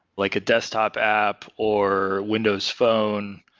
like a desktop app or windows phone,